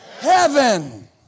heaven